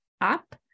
up